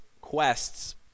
quests